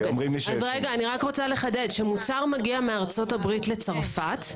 אני רוצה לחדד כשמוצר מגיע מארצות הברית לצרפת,